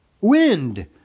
Wind